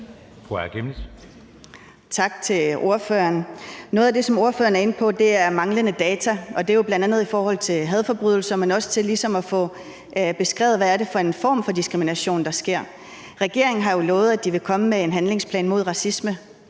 Noget af det, som ordføreren er inde på, er manglende data, og det er jo bl.a. i forhold til hadforbrydelser, men også i forhold til ligesom at få beskrevet, hvad det er for en form for diskrimination, der sker. Regeringen har jo lovet, at de vil komme med en handlingsplan mod racisme